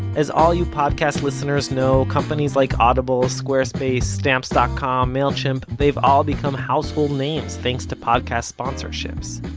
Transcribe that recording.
as all you podcast listeners know, companies like audible, squarespace, stamps dot com, mailchimp they've all become household names thanks to podcast sponsorships.